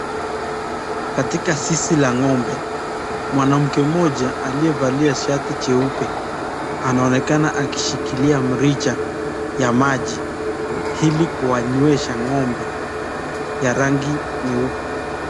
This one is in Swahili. Katika zizi la ngo'mbe mwanamke moja aliyevalia shati juepe anaonekana akishikilia mrija ya maji hili kuwanywezha ngo'mbe ya rangi nyeupe.